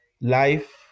life